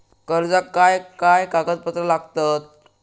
कर्जाक काय काय कागदपत्रा लागतत?